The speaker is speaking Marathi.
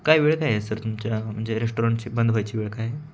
काय वेळ काय आहे सर तुमच्या म्हणजे रेस्टॉरंटची बंद व्हायची वेळ काय आहे